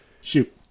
Shoot